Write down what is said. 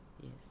Yes